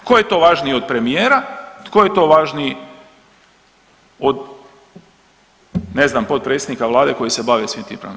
Tko je to važniji od premijera, tko je to važniji ne znam od potpredsjednika vlade koji se bave svim tim?